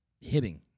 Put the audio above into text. hitting